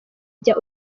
jya